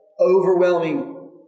overwhelming